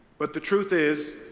but the truth is,